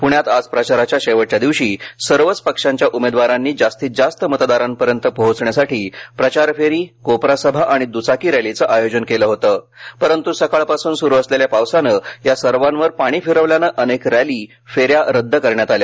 प्ण्यात आज प्रचाराच्या शेवटच्या दिवशी सर्वच पक्षांच्या उमेदवारांनी जास्तीत जास्त मतदारांपर्यंत पोहचण्यासाठी प्रचार फेरी कोपरा सभा आणि दुचाकी रॅलीचं आयोजन केलं होतं परंतू सकाळपासून सुरू असलेल्या पावसानं या सर्वांवर पाणी फिरवल्यानं अनेक रॅली फेऱ्या रद्द करण्यात आल्या